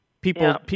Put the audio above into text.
People